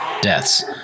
deaths